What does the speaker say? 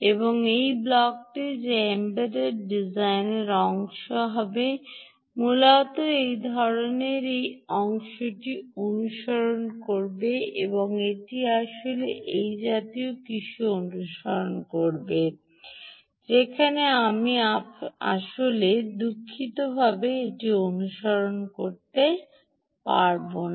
এবং এই ব্লকটি যা এমবেডেড ডিজাইনের অংশ হবে মূলত এই ধরণের এই অংশটি অনুসরণ করবে এটি আসলে এই জাতীয় কিছু অনুসরণ করবে যেখানে আপনি আসলে আমি দুঃখিত যে এটি এটি অনুসরণ করবে না